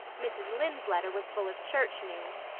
mrs. lynde's letter was full of church news.